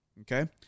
Okay